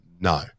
no